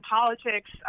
politics